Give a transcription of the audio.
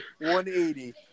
180